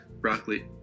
broccoli